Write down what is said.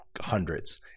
hundreds